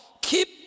keep